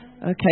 Okay